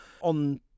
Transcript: on